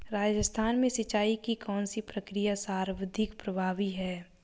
राजस्थान में सिंचाई की कौनसी प्रक्रिया सर्वाधिक प्रभावी है?